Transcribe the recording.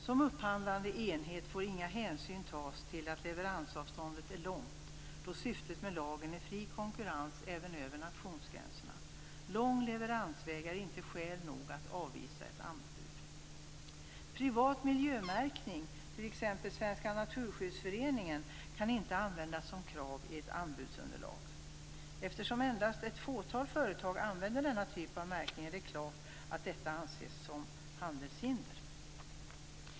En upphandlande enhet får inte ta några hänsyn till att leveransavståndet är långt då syftet med lagen är fri konkurrens även över nationsgränser. Lång leveransväg är inte skäl nog att avvisa ett anbud. Privat miljömärkning, t.ex. Svenska naturskyddsföreningens, kan inte användas som krav i ett anbudsunderlag. Eftersom endast ett fåtal företag använder denna typ av märkning är det klart att detta anses som handelshinder.